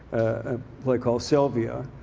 a play called sylvia.